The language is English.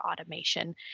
automation